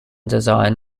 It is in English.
design